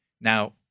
Now